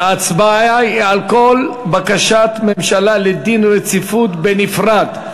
ההצבעה היא על כל בקשת ממשלה לדין רציפות בנפרד.